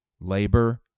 labor